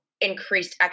increased